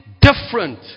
different